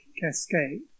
cascade